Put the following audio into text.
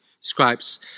scribes